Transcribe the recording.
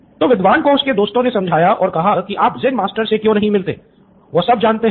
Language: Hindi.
तो विद्वान को उसके दोस्तों ने समझाया और कहा कि आप ज़ेन मास्टर से क्यों नहीं मिलते हैं वो सब जानते हैं